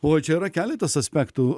oi čia yra keletas aspektų